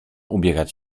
ubierać